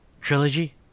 trilogy